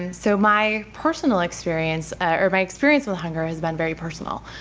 and so my personal experience or my experience with hunger has been very personal.